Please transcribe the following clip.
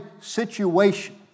situation